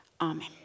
Amen